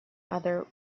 other